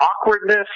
awkwardness